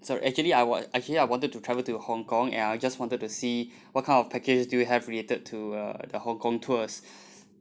so actually I wa~ actually I wanted to travel to hong kong and I just wanted to see what kind of packages do you have related to uh the hong kong tours